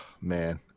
man